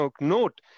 note